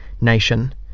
nation